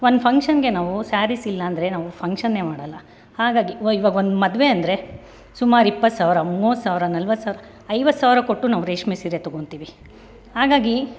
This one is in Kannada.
ಒಂದು ಫಂಕ್ಷನ್ಗೆ ನಾವು ಸ್ಯಾರೀಸಿಲ್ಲ ಅಂದರೆ ನಾವು ಫಂಕ್ಷನ್ನೇ ಮಾಡಲ್ಲ ಹಾಗಾಗಿ ಇವಾಗ ಇವಾಗ ಒಂದು ಮದುವೆ ಅಂದರೆ ಸುಮಾರು ಇಪ್ಪತ್ತು ಸಾವಿರ ಮೂವತ್ತು ಸಾವಿರ ನಲ್ವತ್ತು ಸಾವಿರ ಐವತ್ತು ಸಾವಿರ ಕೊಟ್ಟು ನಾವು ರೇಷ್ಮೆ ಸೀರೆ ತೊಗೊಳ್ತೀವಿ ಹಾಗಾಗಿ